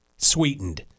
sweetened